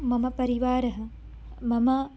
मम परिवारः मम